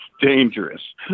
dangerous